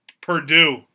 Purdue